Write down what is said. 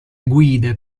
guide